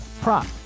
prop